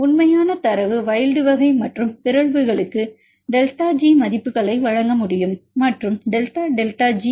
உண்மையான தரவு வைல்ட் வகை மற்றும் பிறழ்வுகளுக்கு டெல்டா ஜி மதிப்புகளை வழங்க முடியும் மற்றும் டெல்டா டெல்டா ஜி